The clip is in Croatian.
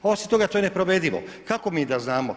Osim toga, to je neprovedivo, kako mi da znamo?